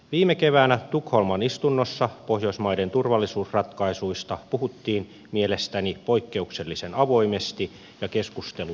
viime keväänä tukholman istunnossa pohjoismaiden turvallisuusratkaisuista puhuttiin mielestäni poikkeuksellisen avoimesti ja keskustelu oli hyvää